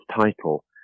title